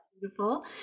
beautiful